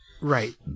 Right